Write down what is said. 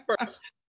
First